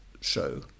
show